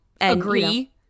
Agree